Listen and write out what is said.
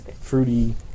fruity